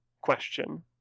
question